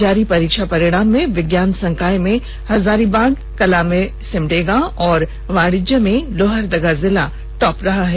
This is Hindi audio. जारी परीक्षा परिणाम में विज्ञान संकाय में हजारीबाग कला में सिमडेगा और वाणिज्य में लोहरदगा जिला टॉप रहा है